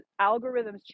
algorithms